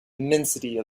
immensity